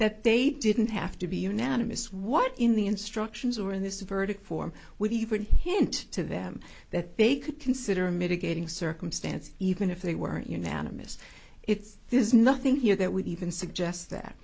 that they didn't have to be unanimous what in the instructions or in this verdict form would even hint to them that they could consider mitigating circumstance even if they were unanimous it's there's nothing here that would even suggest that